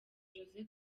jose